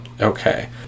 Okay